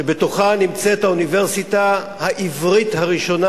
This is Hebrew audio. שבתוכה נמצאת האוניברסיטה העברית הראשונה,